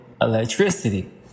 electricity